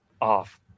off